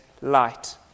light